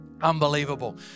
Unbelievable